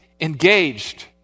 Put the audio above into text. engaged